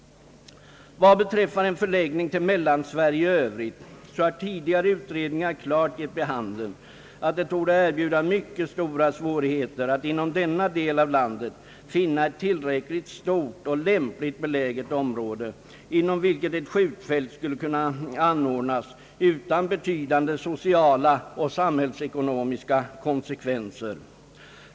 Vad beträffar en förläggning till Mellansverige i övrigt så har tidigare utredningar klart gett vid handen, att det torde erbjuda mycket stora svårigheter att inom denna del av landet finna ett tillräckligt stort och lämpligt beläget område, inom vilket ett skjutfält skulle kunna anordnas utan betydande sociala och samhällsekonomiska konsekvenser.